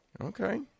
Okay